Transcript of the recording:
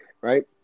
right